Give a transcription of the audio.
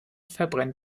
verbrennt